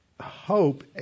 hope